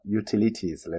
utilities